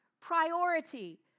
priority